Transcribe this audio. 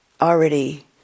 already